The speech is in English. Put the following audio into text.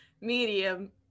medium